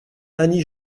annie